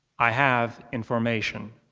i have information.